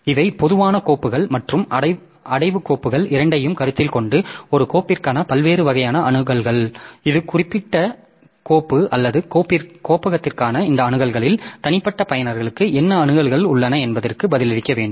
எனவே இவை பொதுவான கோப்புகள் மற்றும் அடைவு கோப்புகள் இரண்டையும் கருத்தில் கொண்டு ஒரு கோப்பிற்கான பல்வேறு வகையான அணுகல்கள் ஒரு குறிப்பிட்ட கோப்பு அல்லது கோப்பகத்திற்கான இந்த அணுகல்களில் தனிப்பட்ட பயனர்களுக்கு என்ன அணுகல்கள் உள்ளன என்பதற்கு பதிலளிக்க வேண்டும்